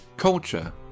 culture